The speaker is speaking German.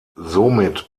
somit